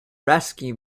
rescue